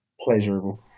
pleasurable